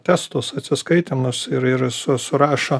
testus atsiskaitymus ir ir su surašo